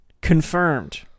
confirmed